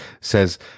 says